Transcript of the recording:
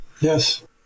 Yes